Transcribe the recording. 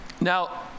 now